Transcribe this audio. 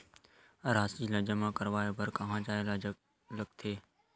राशि ला जमा करवाय बर कहां जाए ला लगथे